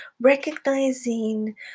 recognizing